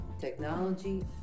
technology